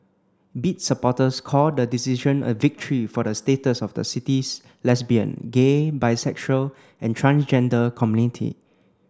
bid supporters called the decision a victory for the status of the city's lesbian gay bisexual and transgender community